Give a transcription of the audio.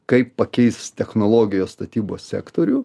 kaip pakeis technologijos statybos sektorių